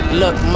look